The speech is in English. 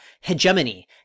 Hegemony